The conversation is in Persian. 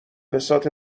بساط